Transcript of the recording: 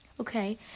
Okay